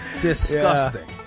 disgusting